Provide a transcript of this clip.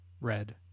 red